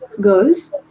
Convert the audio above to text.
girls